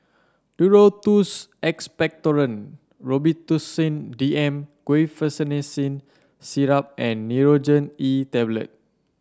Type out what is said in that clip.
Duro Tuss Expectorant Robitussin D M Guaiphenesin Syrup and Nurogen E Tablet